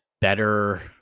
better